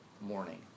morning